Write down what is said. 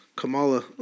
Kamala